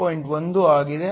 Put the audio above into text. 1 ಆಗಿದೆ